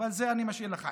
אבל את זה אני משאיר לך,